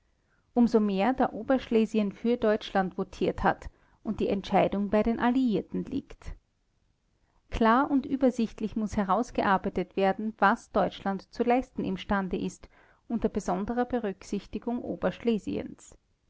einfügt umsomehr da oberschlesien für deutschland votiert hat und die entscheidung bei den alliierten liegt klar und übersichtlich muß herausgearbeitet werden was deutschland zu leisten imstande ist unter besonderer berücksichtigung oberschlesiens